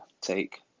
take